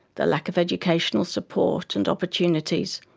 the lack of educational support and opportunities,